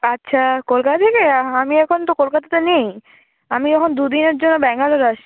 আচ্ছা কলকাতা থেকে আমি এখন তো কলকাতাতে নেই আমি এখন দুদিনের জন্য ব্যাঙ্গালোর আসছি